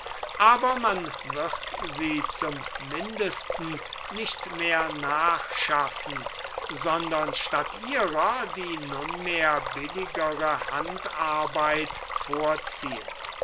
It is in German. aber man wird sie zum mindesten nicht mehr nachschaffen sondern statt ihrer die nunmehr billigere handarbeit vorziehen